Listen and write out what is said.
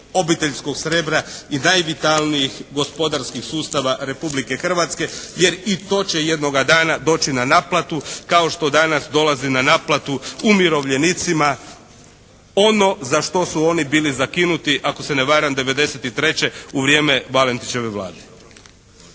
obiteljskog srebra i najvitalnijih gospodarskih sustava Republike Hrvatske. Jer i to će jednoga dana doći na naplatu. Kao što danas dolaze na naplatu umirovljenicima ono za što su oni bili zakinuti ako se varam '93. u vrijeme Valentićeve Vlade.